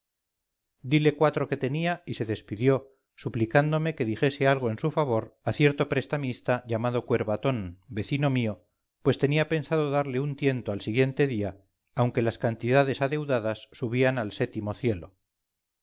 dile cuatro que tenía y se despidió suplicándome que dijese algo en su favor a cierto prestamista llamado cuervatón vecino mío pues tenía pensado darle un tiento al siguiente día aunque las cantidades adeudadas subían al sétimo cielo